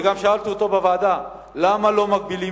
וגם שאלתי אותו בוועדה: למה לא מגבילים